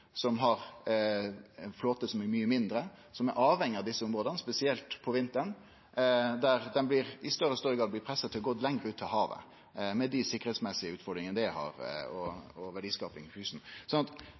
som har ein flåte som er mykje mindre, som er avhengig av desse områda, spesielt på vinteren, der dei i større og større grad blir pressa til å gå lenger ut i havet, med dei sikkerheitsmessige utfordringane det har, òg for verdiskapinga. Til slutt blei til og